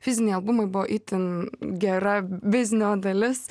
fiziniai albumai buvo itin gera biznio dalis